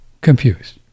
confused